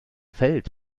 feld